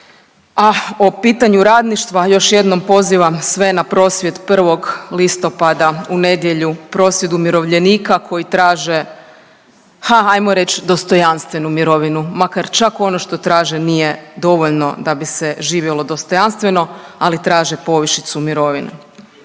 a o pitanju radništva još jednom pozivam sve na prosvjed 1. listopada u nedjelju prosvjed umirovljenika koji traže ha ajmo reć dostojanstvenu mirovinu, makar čak ono što traže nije dovoljno da bi se živjelo dostojanstveno, ali traže povišicu mirovina.